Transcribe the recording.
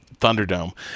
Thunderdome